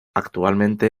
actualmente